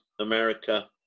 America